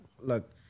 Look